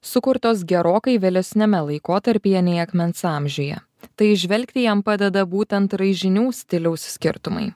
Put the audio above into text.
sukurtos gerokai vėlesniame laikotarpyje nei akmens amžiuje tai įžvelgti jam padeda būtent raižinių stiliaus skirtumai